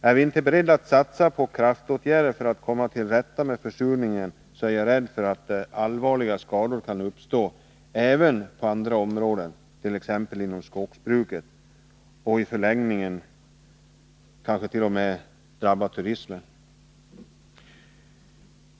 Är vi inte beredda att satsa på kraftåtgärder för att komma till rätta med försurningen är jag rädd för att allvarliga skador kan uppstå även på andra 135 områden, t.ex. inom skogsbruket, och i förlängningen kan det t.o.m. drabba turismen.